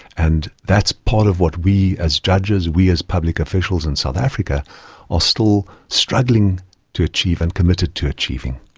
and that's part of what we as judges, we as public officials in south africa are still struggling to achieve and committed to achieving.